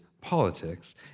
politics